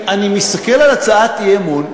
אני מסתכל על הצעת האי-אמון,